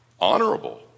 honorable